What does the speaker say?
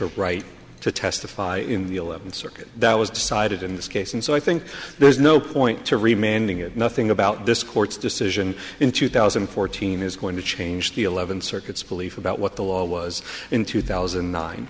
a right to testify in the eleventh circuit that was decided in this case and so i think there's no point to remaining it nothing about this court's decision in two thousand and fourteen is going to change the eleventh circuit's belief about what the law was in two thousand